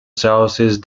southeast